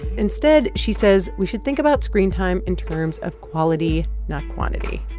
instead, she says, we should think about screen time in terms of quality, not quantity.